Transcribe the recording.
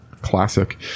classic